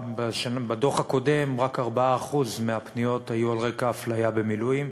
בדוח הקודם רק 4% מהפניות היו על רקע אפליה בגלל מילואים,